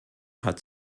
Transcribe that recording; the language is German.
hat